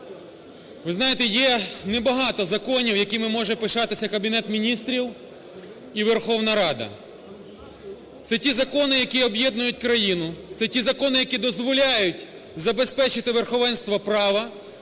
Ви знаєте, є небагато законів, якими може пишатися Кабінет Міністрів і Верховна Рада. Це ті закони, які об'єднують країну, це ті закони, які дозволяють забезпечити верховенство права,